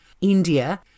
India